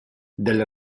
del